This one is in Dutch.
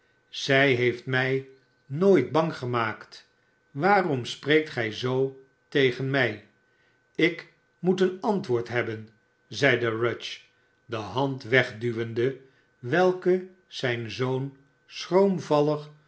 zij heeft mrj nooit bang gemaakt waarom spreekt gij zoo tegen mi uc moet een antwoord hebben zeide rudge de hand wegduwende welke zijn zoon